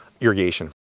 irrigation